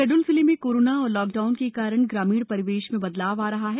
शहडोल जिले में कोरोना और लॉकडाउन के कारण ग्रामीण परिवेश में बदलाव आ रहा है